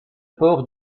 port